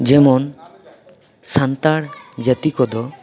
ᱡᱮᱢᱚᱱ ᱥᱟᱱᱛᱟᱲ ᱡᱟᱹᱛᱤ ᱠᱚᱫᱚ